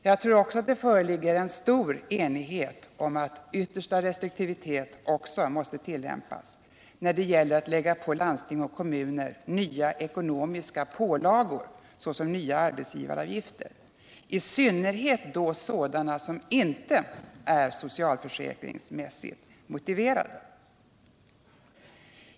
Jag tror också att det råder stor enighet om att yttersta restriktivitet måste tillämpas när det gäller att lägga på landsting och kommuner nya pålagor såsom nya arbetsgivaravgifter, i synnerhet sådana som inte är socialförsäkringsmässigt motiverade.